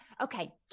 Okay